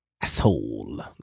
asshole